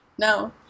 No